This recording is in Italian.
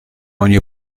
ogni